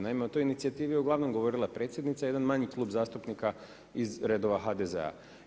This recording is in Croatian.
Naime o toj inicijativi je uglavnom govorila predsjednica, jedan manji klub zastupnika iz redova HDZ-a.